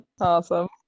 Awesome